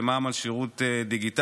היא מע"מ על שירות דיגיטלי.